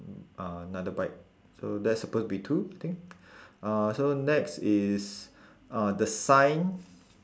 uh another bike so that's supposed to be two I think uh so next is uh the sign